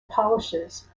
polishes